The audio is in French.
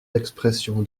d’expression